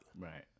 Right